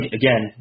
again